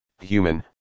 Human